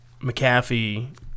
McAfee